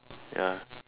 ya